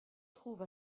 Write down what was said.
trouve